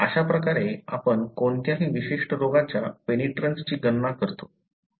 अशा प्रकारे आपण कोणत्याही विशिष्ट रोगाच्या पेनिट्रन्सची गणना करतो